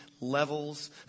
levels